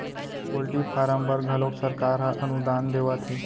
poultry farm बर घलोक सरकार ह अनुदान देवत हे